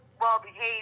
well-behaved